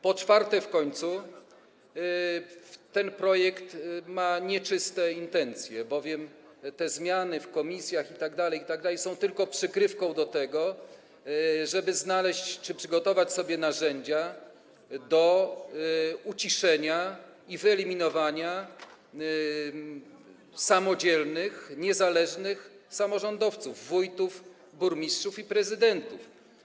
Po czwarte, w końcu ten projekt ma nieczyste intencje, bowiem zmiany w komisjach itd. są tylko przykrywką do tego, żeby znaleźć czy przygotować sobie narzędzia do uciszenia i wyeliminowania samodzielnych, niezależnych samorządowców, wójtów, burmistrzów i prezydentów.